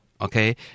Okay